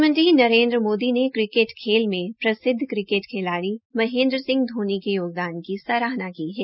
प्रधानमंत्री नरेन्द्र मोदी ने क्रिकेट खेल में प्रसिद्ध क्रिकेट खिलाड़ी महेन्द्र सिंह धोनी के योगदान की सराहना की है